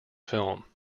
film